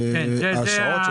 וגם באיזה שעות?